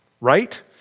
right